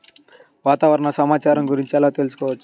వాతావరణ సమాచారం గురించి ఎలా తెలుసుకోవచ్చు?